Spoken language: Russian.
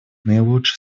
наилучший